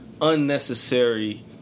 unnecessary